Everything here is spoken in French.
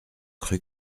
cru